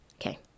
Okay